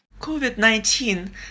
COVID-19